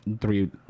three